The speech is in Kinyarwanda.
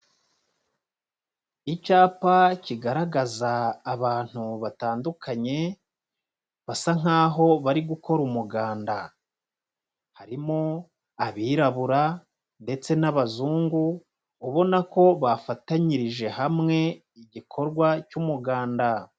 Icyapa kigaragaza abantu batandukanye basa nk'aho bari gukora umuganda, harimo abirabura ndetse n'abazungu, ubona ko bafatanyirije hamwe igikorwa cy'umuganda.